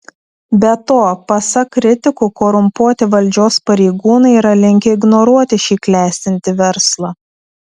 be to pasak kritikų korumpuoti valdžios pareigūnai yra linkę ignoruoti šį klestintį verslą